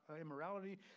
immorality